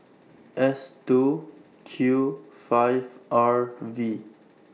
S two Q five R V